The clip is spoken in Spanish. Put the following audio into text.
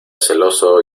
celoso